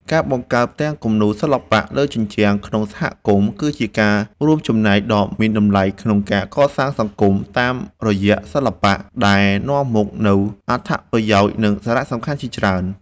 ការបង្កើតផ្ទាំងគំនូរសិល្បៈលើជញ្ជាំងក្នុងសហគមន៍ គឺជាការរួមចំណែកដ៏មានតម្លៃក្នុងការកសាងសង្គមតាមរយៈសិល្បៈ ដែលនាំមកនូវអត្ថប្រយោជន៍ និងសារៈសំខាន់ជាច្រើន។